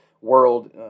world